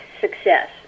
success